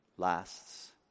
lasts